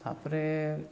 ତା'ପରେ